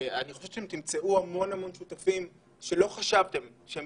אני חושב שאתם תמצאו המון המון שותפים שלא חשבתם שהם